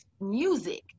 music